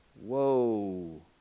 Whoa